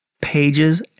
Pages